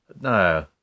no